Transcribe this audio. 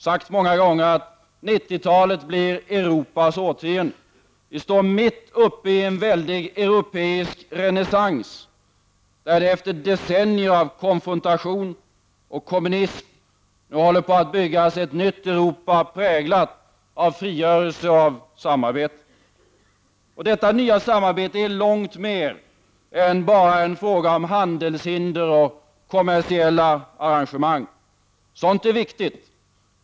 Det har många gånger sagts att 1990-talet blir Europas årtionde. Vi står mitt uppe i en stor europeisk renässans. Efter decennier av konfrontation och kommunism håller man nu på att bygga ett nytt Europa präglat av frigörelse och samarbete. Detta nya samarbete är långt mer än bara en fråga om handelshinder och kommersiella arrangemang. Sådant är viktigt.